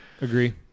Agree